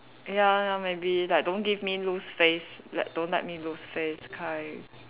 ya ya maybe like don't give me lose face like don't let me lose face kind